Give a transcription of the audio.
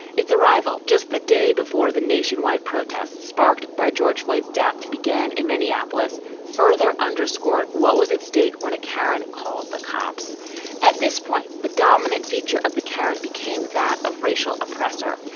its arrival just the day before the nationwide protests sparked by george void's death began in minneapolis further underscored what was at stake when karen called the cops at this point. the dominant feature of the karen became that of racial oppressor.